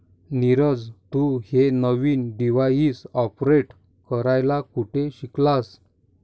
नीरज, तू हे नवीन डिव्हाइस ऑपरेट करायला कुठे शिकलास?